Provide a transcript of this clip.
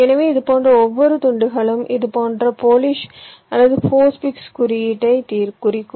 எனவே இதுபோன்ற ஒவ்வொரு துண்டுகளும் இது போன்ற போலிஷ் அல்லது போஸ்ட்ஃபிக்ஸ் குறியீட்டைக் குறிக்கும்